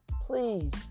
Please